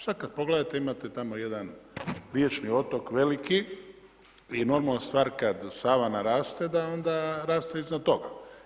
Sada kada pogledate, imate tamo jedan riječni otok, veliki i normalan stvar, kada Sava naraste, da onda raste iznad toga.